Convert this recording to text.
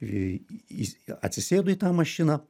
į atsisėdu į tą mašiną